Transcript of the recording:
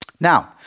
Now